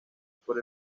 por